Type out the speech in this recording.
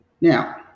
Now